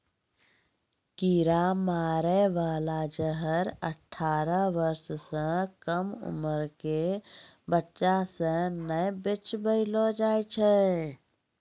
कीरा मारै बाला जहर अठारह बर्ष सँ कम उमर क बच्चा सें नै बेचबैलो जाय छै